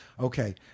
Okay